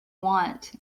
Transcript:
want